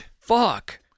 Fuck